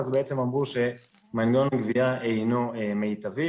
אז בעצם אמרו שמנגנון הגבייה אינו מיטבי,